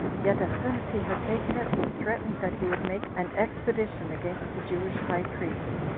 yet as soon as he had taken it, he threatened that he would make an expedition against the jewish high priest,